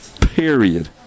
period